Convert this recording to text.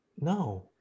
No